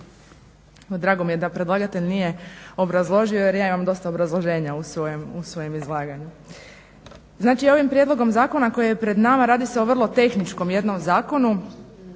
Drago mi je da predlagatelj nije obrazložio jer ja imam dosta obrazloženja u svojem izlaganju. Znači, ovim prijedlogom zakona koji je pred nama radi se o vrlo tehničkom jednom zakonu